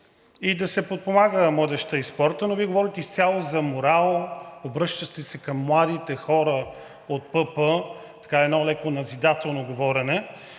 и да се подпомага младежта и спортът, но Вие говорите изцяло за морал, обръщате се към младите хора от ПП – така едно леко назидателно говорене.